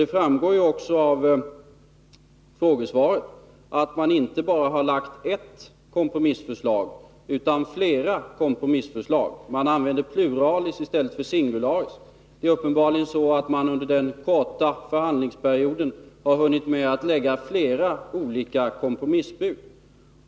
Det framgår också av frågesvaret att man från svensk sida inte bara har lagt fram ett kompromissförslag utan flera. Försvarsministern använder pluralis i stället för singularis. Uppenbarligen har man under den senaste förhandlingsperioden hunnit med att lägga flera olika kompromissbud.